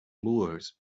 moors